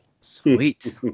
sweet